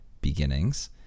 Beginnings